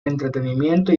entretenimiento